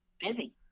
busy